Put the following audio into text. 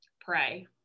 pray